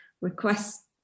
request